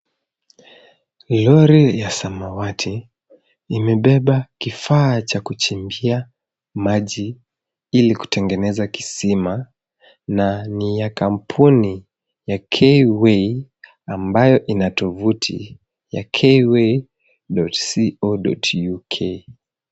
Lori ya samawati imebeba kifaa cha kuchimbia maji ili kutengeneza kisima na ni ya kampuni ya K way ambayo ina tovuti ya kway.co.uk